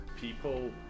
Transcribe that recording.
people